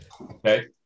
Okay